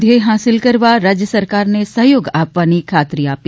ધ્યેય હાંસલ કરવા રાજ્ય સરકારને સહયોગ આપવાની ખાતરી આપી